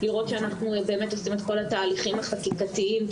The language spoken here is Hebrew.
לראות שאנחנו באמת עושים את התהליכים החקיקתיים.